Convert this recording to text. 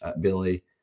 Billy